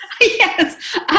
Yes